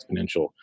exponential